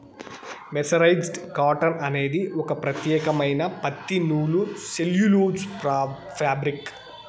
mercerised cotton అనేది ఒక ప్రత్యేకమైన పత్తి నూలు సెల్యులోజ్ ఫాబ్రిక్